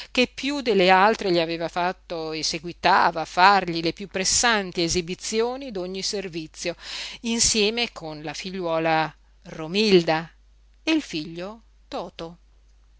che piú delle altre gli aveva fatto e seguitava a fargli le piú pressanti esibizioni d'ogni servizio insieme con la figliuola romilda e il figlio toto